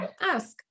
Ask